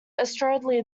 assuredly